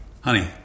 honey